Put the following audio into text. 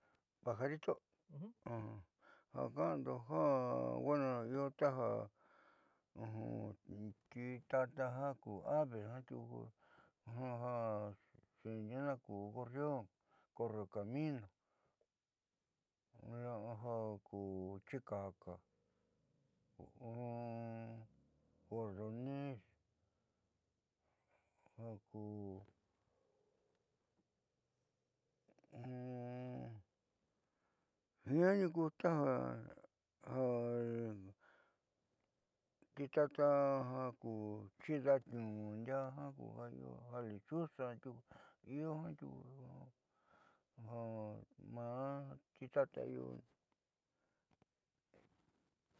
Pajarito ja ka'ando ja bueno taja titata ja ku ave tiuku ja xiininna ku gorrión, correcamino, chikaka, cordoniz ja ku jiaani ku taja titata ja ku chida'a niuun ndvaa ja ku ja io ja lechuza tiuku io jiaa tiuku ja maa titata io.